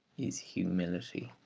is humility.